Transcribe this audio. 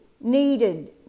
needed